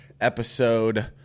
episode